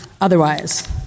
otherwise